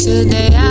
Today